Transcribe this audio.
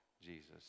Jesus